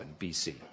BC